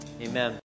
Amen